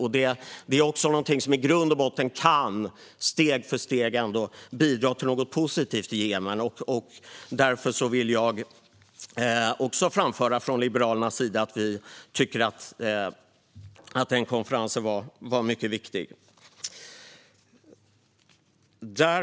Även detta är någonting som steg för steg ändå kan bidra till någonting positivt i Jemen, och därför vill jag från Liberalernas sida framföra att vi tycker att den konferensen var mycket viktig.